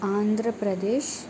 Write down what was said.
Andhra Pradesh